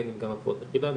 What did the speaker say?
בהן גם הפרעות אכילה,